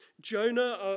Jonah